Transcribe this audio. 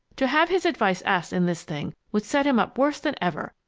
to have his advice asked in this thing would set him up worse than ever.